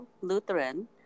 Lutheran